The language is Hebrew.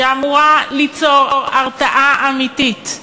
שאמורה ליצור הרתעה אמיתית,